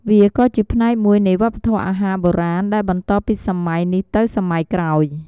វាក៏ជាផ្នែកមួយនៃវប្បធម៌អាហារបុរាណដែលបន្តពីសម័យនេះទៅសម័យក្រោយ។